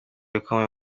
ibikomeye